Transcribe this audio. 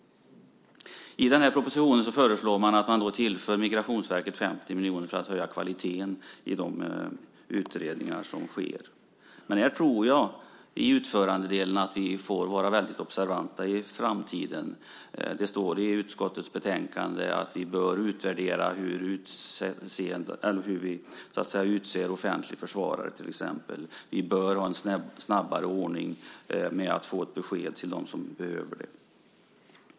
I propositionen föreslås att man ska tillföra Migrationsverket 50 miljoner för att höja kvaliteten i de utredningar som sker. Men här tror jag, i utförandedelen, att vi får vara väldigt observanta i framtiden. Det står i utskottets betänkande att vi bör utvärdera hur vi, så att säga, utser offentlig försvarare till exempel. Vi bör ha en snabbare ordning när det gäller att få fram ett besked till dem som behöver det.